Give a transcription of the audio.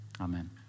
Amen